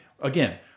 again